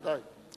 ודאי,